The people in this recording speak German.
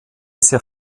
sehr